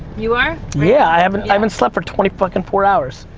you are? yeah, i haven't, i haven't slept for twenty fucking four hours.